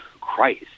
Christ